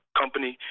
company